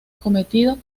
cometido